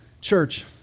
Church